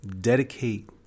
dedicate